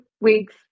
weeks